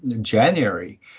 January